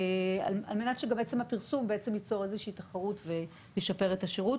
על מנת שגם עצם הפרסום בעצם ייצור איזושהי תחרות וישפר את השירות.